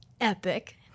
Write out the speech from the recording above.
epic